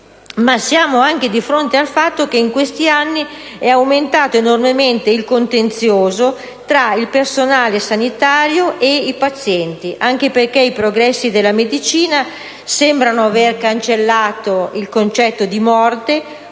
ma constatiamo anche che in questi anni è aumentato enormemente il contenzioso tra personale sanitario e pazienti, anche perché i progressi della medicina sembrano aver cancellato il concetto di morte